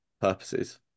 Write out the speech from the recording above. purposes